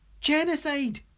genocide